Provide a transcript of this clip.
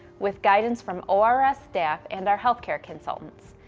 with guidance from ors staff and our healthcare consultants.